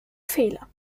fehler